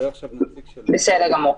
בסדר גמור.